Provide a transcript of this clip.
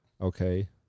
Okay